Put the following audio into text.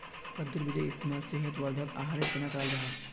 कद्दुर बीजेर इस्तेमाल सेहत वर्धक आहारेर तने कराल जाहा